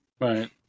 Right